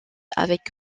avec